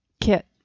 Kit